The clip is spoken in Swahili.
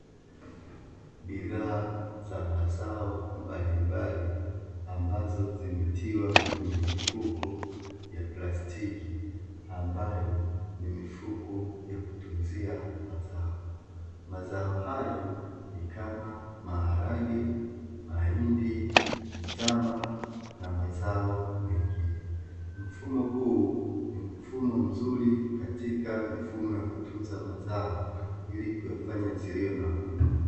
Bidhaa za mazao mbalimbali ambazo zimetiwa kwenye mifuko ya plastiki ambayo ni mifuko ya kutunzia mazao. Mazao hayo ni kama maharage mahindi, mtama na mazao mengine. Mfumo mzuri katika mifumo ya kutunza mazao ili kuyafanya asilia na wadudu.